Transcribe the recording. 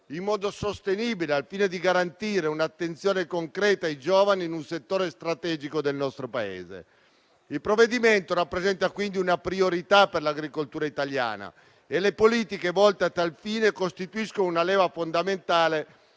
in modo sostenibile, al fine di garantire un'attenzione concreta ai giovani in un settore strategico del nostro Paese. Il provvedimento rappresenta quindi una priorità per l'agricoltura italiana e le politiche volte a tal fine costituiscono una leva fondamentale